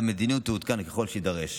והמדיניות תעודכן ככל שיידרש.